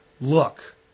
look